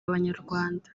abanyarwanda